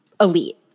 elite